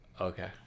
okay